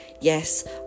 Yes